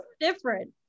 different